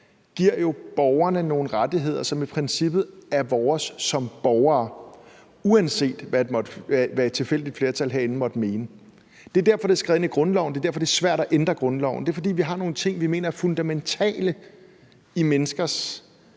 giver jo borgerne nogle rettigheder, som i princippet er vores som borgere, uanset hvad et tilfældigt flertal herinde måtte mene. Det er derfor, det er skrevet ind i grundloven, og det er derfor, det er svært at ændre grundloven. Det er, fordi vi har nogle ting, vi mener er fundamentale i menneskers